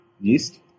yeast